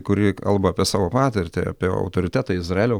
kuri kalba apie savo patirtį apie autoritetą izraelio